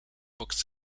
box